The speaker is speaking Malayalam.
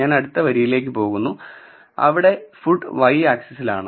ഞാൻ അടുത്ത വരിയിലേക്ക് പോകുന്നു അവിടെ ഫുഡ് y ആക്സിസിലാണ്